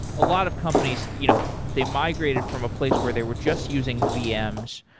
a lot of companies you know they migrated from a place where they were just using vms,